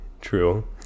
True